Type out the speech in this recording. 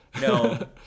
No